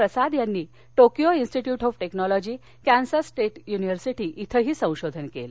प्रसाद यांनी Tokyo institute of technology कऱ्यास state university इथंही संशोधन केलं